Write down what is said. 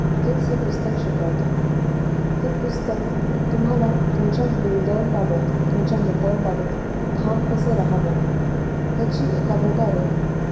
हेच हे पुस्तक शिकवतं हे पुस्तक तुम्हाला तुमच्या मूल्यांबाबत तुमच्या मतांबाबत ठाम कसं राहावं ह्याची एका प्रकारे